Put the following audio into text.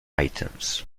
items